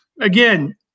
again